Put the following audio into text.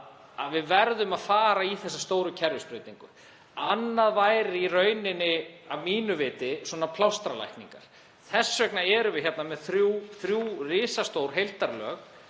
að við verðum að fara í þessa stóru kerfisbreytingu. Annað væru að mínu viti plástralækningar. Þess vegna erum við hérna með þrenn risastór heildarlög